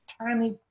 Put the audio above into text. tiny